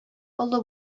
олы